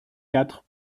quatre